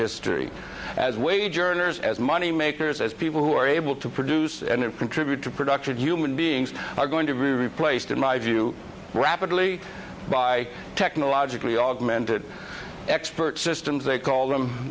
history as wage earners as money makers as people who are able to produce and contribute to production human beings are going to be replaced in my view rapidly by technologically augment it expert systems they call them